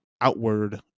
outward